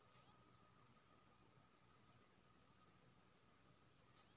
केतारी सँ सक्कर, इथेनॉल आ गुड़ सनक बहुत रास चीज बनाएल जाइ छै